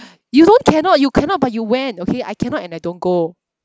you don't cannot you cannot but you went okay I cannot and I don't go